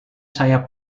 saya